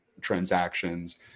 transactions